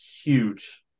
huge